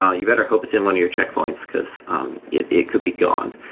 ah you better hope it's in one of your checkpoints, because um it it could be gone.